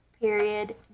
period